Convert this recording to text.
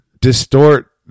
distort